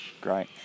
Great